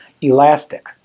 elastic